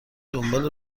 دنبال